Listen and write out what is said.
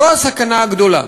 זו הסכנה הגדולה.